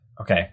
Okay